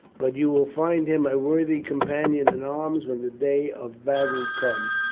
but you will find him a worthy companion in arms when the day of battle comes.